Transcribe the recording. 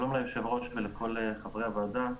שלום ליושב-ראש ולכל חברי הוועדה.